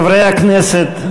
חברי הכנסת,